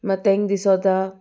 मात तांकां दिसोता